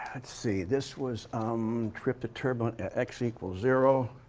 let's see, this was trip to turbulent at x equals zero.